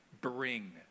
bring